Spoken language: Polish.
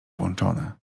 włączone